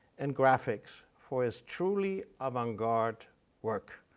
and graphics for his truly avant-garde work.